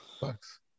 bucks